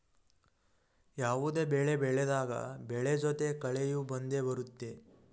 ಯಾವುದೇ ಬೆಳೆ ಬೆಳೆದಾಗ ಬೆಳೆ ಜೊತೆ ಕಳೆಯೂ ಬಂದೆ ಬರುತ್ತೆ